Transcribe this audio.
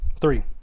Three